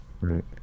Right